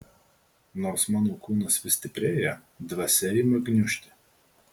nors mano kūnas vis stiprėja dvasia ima gniužti